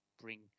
bring